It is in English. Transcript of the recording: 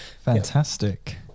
Fantastic